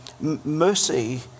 mercy